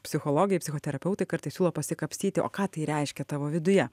psichologai psichoterapeutai kartais siūlo pasikapstyti o ką tai reiškia tavo viduje